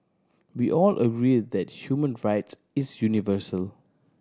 we all agree that human rights is universal